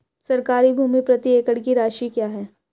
सरकारी भूमि प्रति एकड़ की राशि क्या है?